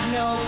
no